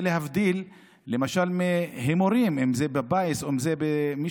זה להבדיל מהימורים בפיס ובלוטו,